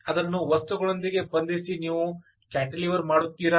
ಅದನ್ನು ವಸ್ತುಗಳೊಂದಿಗೆ ಬಂಧಿಸಿ ನೀವು ಕ್ಯಾಂಟಿಲಿವರ್ ಮಾಡುತ್ತೀರಾ